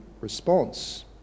response